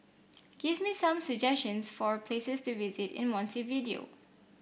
give me some suggestions for places to visit in Montevideo